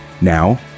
Now